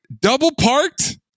double-parked